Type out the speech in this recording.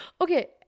okay